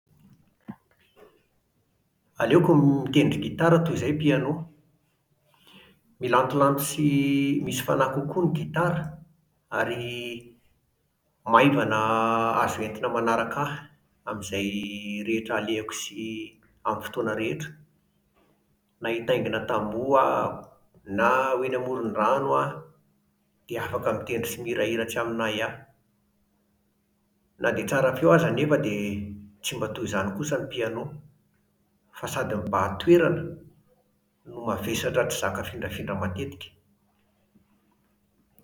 Aleoko m-mitendry gitara toy izay piano. Milantolanto sy misy fanahy kokoa ny gitara ary maivana azo entina manaraka ahy amin'izay rehetra alehako sy amin'ny fotoana rehetra. Na hitaingina tamboho aho, na ho eny amoron-drano aho, dia afaka mitendry sy mihirahira tsy amin'ahiahy. Na dia tsara feo aza anefa dia tsy mba toy izany kosa ny piano, fa sady mibahan-toerana, no mavesatra tsy zaka afindrafindra matetika.